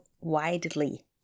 widely